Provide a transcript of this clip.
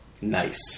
Nice